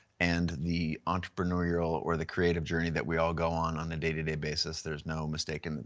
and the entrepreneurial or the creative journey that we all go on on the day to day basis. there's no mistaking,